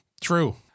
True